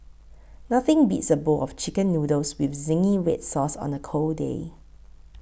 nothing beats a bowl of Chicken Noodles with Zingy Red Sauce on a cold day